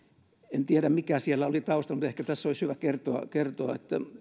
en tiedä mikä siellä oli taustalla mutta ehkä tästä olisi hyvä kertoa